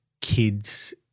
kids